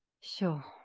Sure